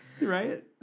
Right